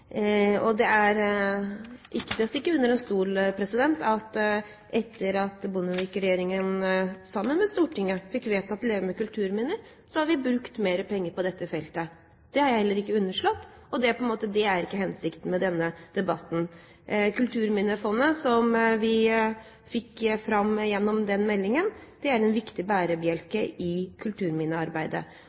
på. Det er ikke til å stikke under stol at vi etter at Bondevik-regjeringen, sammen med Stortinget, fikk vedtatt meldingen Leve med kulturminner, har brukt mer penger på dette feltet. Det har jeg heller ikke underslått, og det er ikke hensikten med denne debatten. Kulturminnefondet som vi fikk fram ved den meldingen, er en viktig bærebjelke i kulturminnearbeidet. Så må jeg en liten visitt innom SV og deres 2014-mål. I innstillingen til meldingen står det